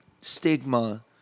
stigma